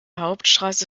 hauptstrasse